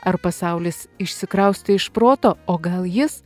ar pasaulis išsikraustė iš proto o gal jis